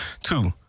Two